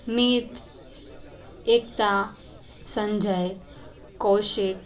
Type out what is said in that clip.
Meet Ekta Sanjay Kaushik